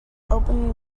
opening